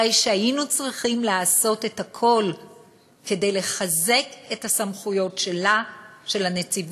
הרי שהיינו צריכים לעשות את הכול כדי לחזק את הסמכויות של הנציבות,